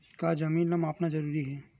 का जमीन ला मापना जरूरी हे?